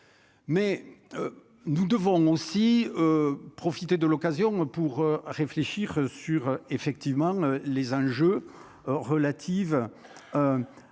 mais nous devons aussi profiter de l'occasion pour réfléchir sur effectivement les enjeux relatives aux